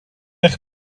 eich